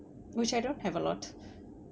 which I don't have a lot